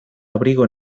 abrigo